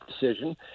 decision